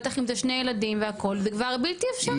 בטח אם זה שני ילדים והכל זה כבר בלתי אפשרי.